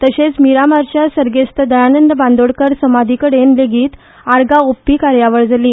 तशेच मिरामारच्या सर्गेस्त दयानंद बांदोडकार समाधीकडेन लेगीत आर्गा ओपपी कार्यावळ जाली